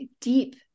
deep